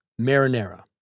Marinara